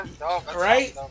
right